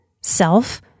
self